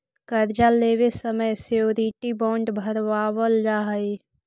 कर्जा लेवे समय श्योरिटी बॉण्ड भरवावल जा हई